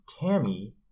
Tammy